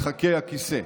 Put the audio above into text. משחקי הכיסא.